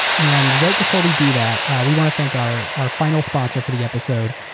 and right before we do that, we want to thank our our final sponsor for the episode,